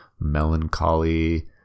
melancholy